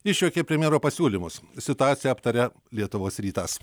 išjuokė premjero pasiūlymus situaciją aptaria lietuvos rytas